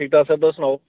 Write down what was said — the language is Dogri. ठीक ठाक सर तुस सनाओ